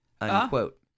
unquote